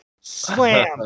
slam